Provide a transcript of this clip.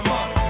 up